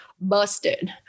busted